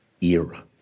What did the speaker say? era